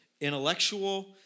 intellectual